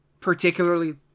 particularly